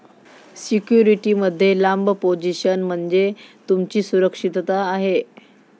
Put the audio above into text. security मध्ये लांब position म्हणजे तुमची सुरक्षितता आहे